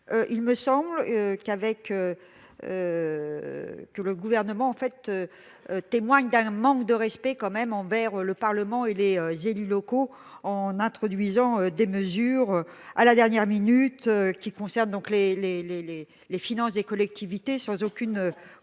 il me semble que le Gouvernement témoigne d'un manque de respect envers le Parlement et les élus locaux en introduisant des mesures à la dernière minute relatives aux finances des collectivités, sans aucune concertation